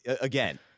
again